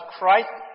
Christ